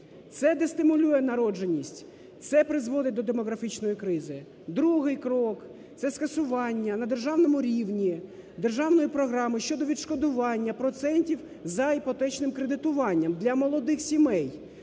Це дестимулює народжуваність, це призводить до демографічної кризи. Другий крок – це скасування на державному рівні Державної програми щодо відшкодування процентів за іпотечним кредитуванням для молодих сімей,